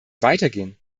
weitergehen